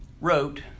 wrote